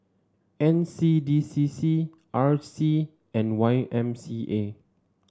N C D C C R C and Y M C A